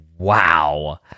Wow